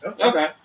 Okay